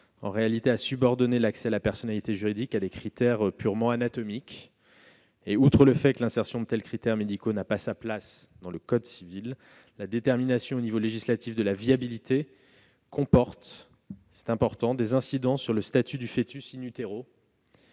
en réalité à subordonner l'accès à la personnalité juridique à des critères purement anatomiques. Outre que l'insertion de tels critères médicaux n'a pas sa place dans le code civil, la détermination au niveau législatif de la viabilité emporte des incidences sur le statut du foetus de